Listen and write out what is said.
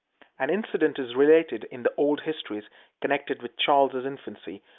an incident is related in the old histories connected with charles's infancy,